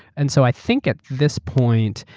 and so i think at this point,